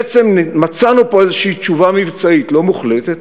בעצם מצאנו פה איזושהי תשובה מבצעית, לא מוחלטת,